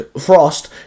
Frost